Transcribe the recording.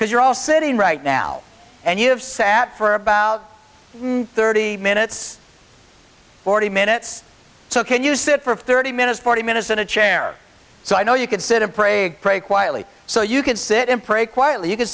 because you're all sitting right now and you have sat for about thirty minutes forty minutes or so can you sit for thirty minutes forty minutes in a chair so i know you could sit and pray pray quietly so you can sit and pray quietly you c